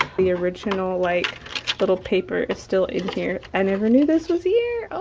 the original like little paper is still in here. i never knew this was here. oh